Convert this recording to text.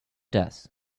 does